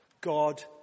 God